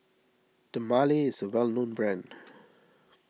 Dermale is a well known brand